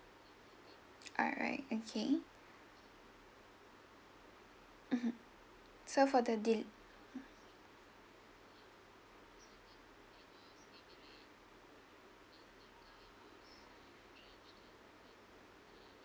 alright okay mmhmm so for the de~